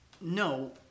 no